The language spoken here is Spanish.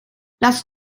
las